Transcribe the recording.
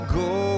go